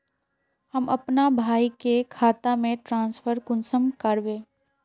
हम अपना भाई के खाता में ट्रांसफर कुंसम कारबे?